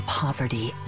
poverty